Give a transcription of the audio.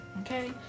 Okay